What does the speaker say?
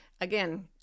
Again